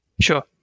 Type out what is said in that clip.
Sure